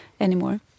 anymore